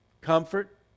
comfort